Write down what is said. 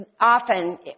often